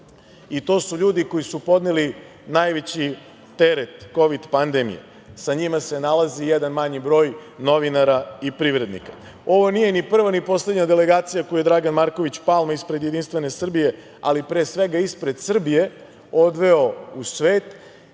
i to su ljudi koji su podneli najveći teret kovid pandemije, sa njima se nalazi jedan manji broj novinara i privrednika. Ovo nije ni prva, ni poslednja delegacija koju je Dragan Marković Palma, ispred JS, ali pre svega ispred Srbije odveo u svet